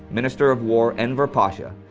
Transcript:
minister of war enver pasha,